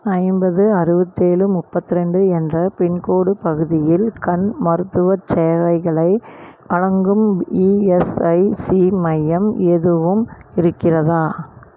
ஐம்பது அறுபத்தேழு முப்பத்ரெண்டு என்ற பின்கோடு பகுதியில் கண் மருத்துவச் சேவைகளை வழங்கும் இஎஸ்ஐசி மையம் எதுவும் இருக்கிறதா